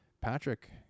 Patrick